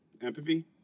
Empathy